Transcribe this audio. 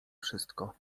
wszystko